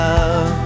Love